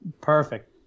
Perfect